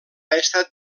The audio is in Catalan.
estat